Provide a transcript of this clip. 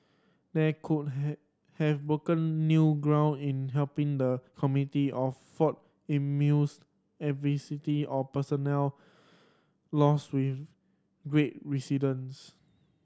they could have broken new ground in helping the community or fought immunes adversity or personal loss with great